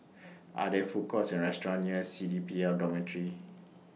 Are There Food Courts Or restaurants near C D P L Dormitory